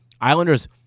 Islanders